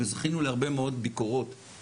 וזכינו להרבה מאוד ביקורות.